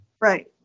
right